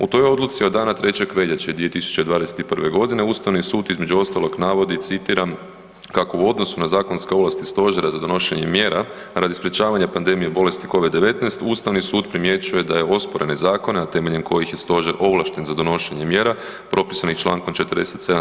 U toj odluci od dana 3. veljače 20221.g. Ustavni sud između ostalog navodi, citiram „kako u odnosu na zakonske ovlasti stožera za donošenje mjera radi sprečavanja pandemije bolesti covid-19 Ustavni sud primjećuje da je osporene zakone, a temeljem kojih je stožer ovlašten za donošenje mjera propisanih čl. 47.